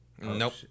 Nope